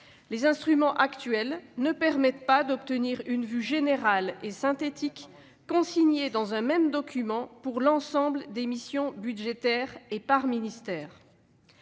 les instruments actuels ne permettent pas d'obtenir une vue générale et synthétique, consignée dans un même document, pour l'ensemble des missions budgétaires et par ministère.